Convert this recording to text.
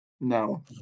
No